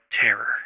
terror